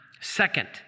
second